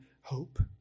hope